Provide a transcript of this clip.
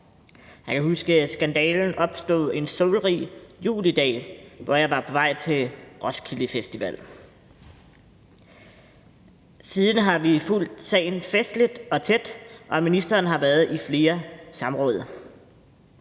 jeg kan huske, at skandalen opstod en solrig julidag, hvor jeg var på vej til Roskilde Festival. Siden har vi fulgt sagen tæt, og ministeren har været i flere samråd.